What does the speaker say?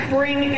Bring